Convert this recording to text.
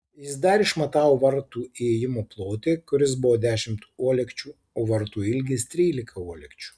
jis dar išmatavo vartų įėjimo plotį kuris buvo dešimt uolekčių o vartų ilgis trylika uolekčių